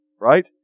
Right